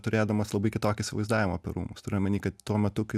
turėdamas labai kitokį įsivaizdavimą apie rūmus turiu omeny kad tuo metu kai